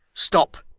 stop!